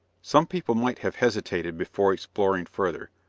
some people might have hesitated before exploring further,